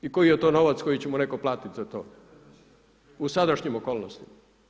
I koji je to novac koji će mu netko platiti za to u sadašnjim okolnostima.